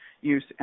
use